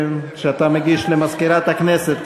שאתה מגיש למזכירת הכנסת.